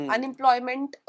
Unemployment